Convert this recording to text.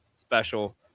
special